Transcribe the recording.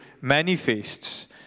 manifests